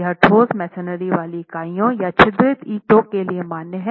यह ठोस मेसनरी वाली इकाइयों या छिद्रित ईंटों के लिए मान्य है